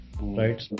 right